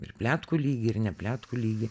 ir pletkų lygy ir ne pletkų lygy